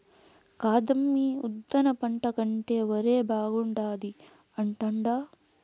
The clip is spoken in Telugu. కాదమ్మీ ఉద్దాన పంట కంటే ఒరే బాగుండాది అంటాండా